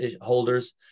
holders